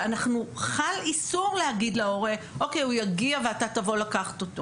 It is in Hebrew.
ואנחנו חל איסור להגיד להורה או קיי הוא יגיע ואתה תבוא לקחת אותו,